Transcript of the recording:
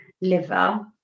liver